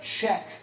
check